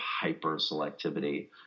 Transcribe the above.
hyper-selectivity